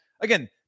again